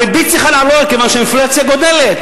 הריבית צריכה לעלות מכיוון שהאינפלציה גדלה,